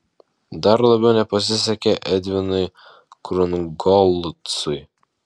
dar labiau nepasisekė edvinui krungolcui